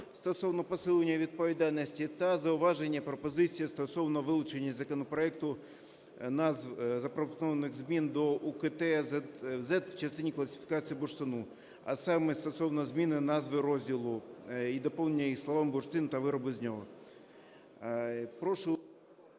стосовно посилення відповідальності та зауваження і пропозиції стосовно вилучення із законопроекту назв запропонованих змін до УКТЗЕД в частині кваліфікації бурштину, а саме: стосовно зміни назви розділу і доповнення їх словами "бурштин та вироби з нього".